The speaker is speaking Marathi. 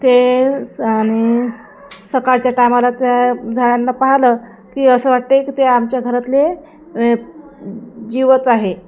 ते आणि सकाळच्या टायमाला त्या झाडांना पाहलं की असं वाटतंय की ते आमच्या घरातले जीवच आहे